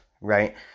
right